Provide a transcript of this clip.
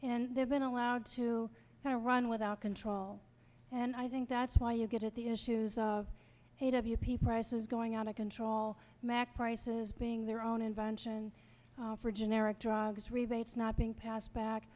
and they've been allowed to have a run without control and i think that's why you get at the issues of a w p prices going out of control mac prices being their own invention for generic drugs rebates not being passed back